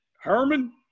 Herman